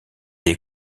est